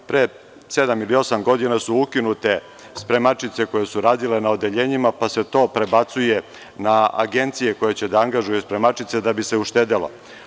Pre sedam ili osam godina su ukinute spremačice koje su radile na odeljenjima, pa se to prebacuje na agencije koje će da angažuju spremačice, da bi se uštedelo.